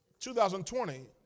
2020